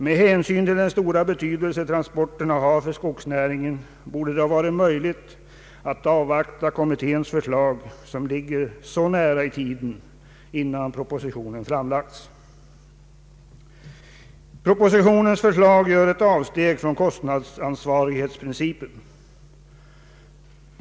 Med hänsyn till den stora betydelse som transporterna har för skogsnäringen borde det innan propositionen hade framlagts ha varit möjligt att avvakta kommitténs förslag, som ligger så nära i tiden. Propositionens förslag innebär ett avsteg från kostnadsansvarighetsprincipen.